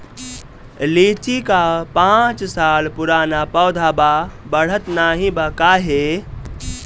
लीची क पांच साल पुराना पौधा बा बढ़त नाहीं बा काहे?